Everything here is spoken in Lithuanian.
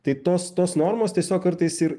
tai tos tos normos tiesiog kartais ir